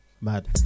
Mad